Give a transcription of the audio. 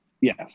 Yes